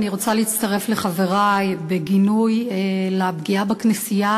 אני רוצה להצטרף לחברי בגינוי הפגיעה בכנסייה